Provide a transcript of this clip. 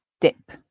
Dip